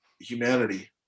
humanity